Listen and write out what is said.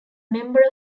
member